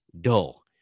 dull